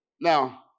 Now